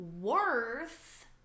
worth